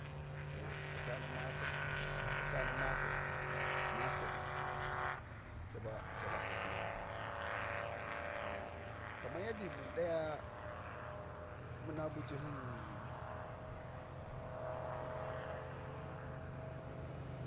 To ussani masir, ussaini masir masir caba caba satina. To – ka – man yaddi mu ɗaya muna bujji hyun.